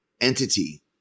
entity